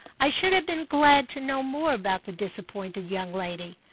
i should have been glad to know more about the disappointed young lady,